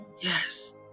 Yes